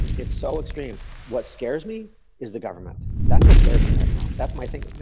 it's so extreme. what scares me is the government. that's what scares me right now. that's my thing.